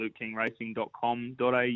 lukekingracing.com.au